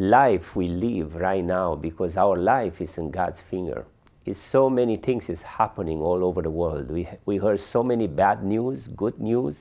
life we live right now because our life is in god's finger is so many things is happening all over the world we have we heard so many bad news good news